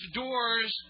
doors